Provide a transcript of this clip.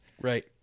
Right